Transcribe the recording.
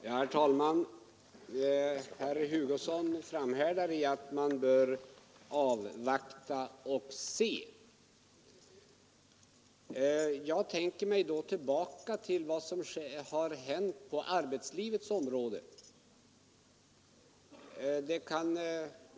Herr talman! Herr Hugosson framhärdar i sin åsikt att man bör avvakta och se vad som händer. Jag tänker då tillbaka på vad som har hänt inom arbetslivets område.